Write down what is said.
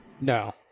No